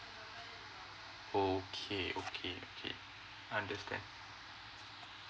okay okay okay understand